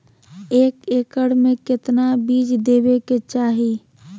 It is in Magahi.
एक एकड़ मे केतना बीज देवे के चाहि?